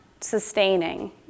sustaining